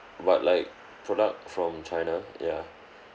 but like product from china ya